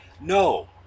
No